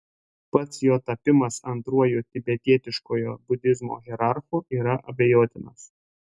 pats jo tapimas antruoju tibetietiškojo budizmo hierarchu yra abejotinas